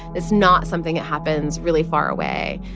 it's not something that happens really far away.